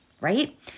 right